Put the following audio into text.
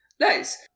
Nice